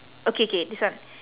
okay K this one